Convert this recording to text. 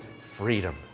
freedom